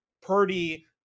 Purdy –